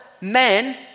men